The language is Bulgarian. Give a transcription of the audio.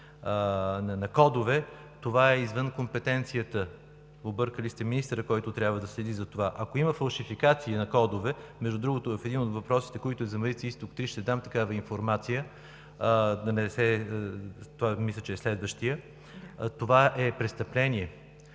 на кодове. Това е извън компетенцията. Объркали сте министъра, който трябва да следи за това, ако има фалшификация на кодове. Между другото, в един от въпросите, който е за „Марица изток 3“, ще дам такава информация. Мисля, че е следващият. Това е престъпление,